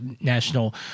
national